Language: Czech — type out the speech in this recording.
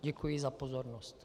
Děkuji za pozornost.